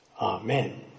Amen